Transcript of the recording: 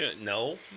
No